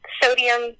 sodium